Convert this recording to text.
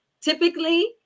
Typically